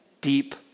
deep